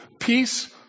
Peace